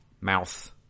mouth